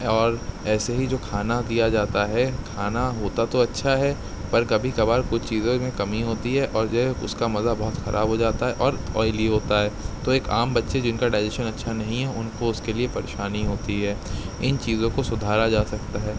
اور ایسے ہی جو کھانا دیا جاتا ہے کھانا ہوتا تو اچھا ہے پر کبھی کبھار کچھ چیزوں میں کمی ہوتی ہے اور جو ہے اس کا مزہ بہت خراب ہو جاتا ہے اور آئلی ہوتا ہے تو ایک عام بچے جن کا ڈائجیشن اچھا نہیں ہے ان کو اس کے لیے پریشانی ہوتی ہے ان چیزوں کو سدھارا جا سکتا ہے